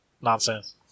Nonsense